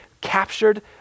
captured